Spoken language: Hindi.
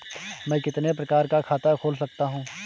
मैं कितने प्रकार का खाता खोल सकता हूँ?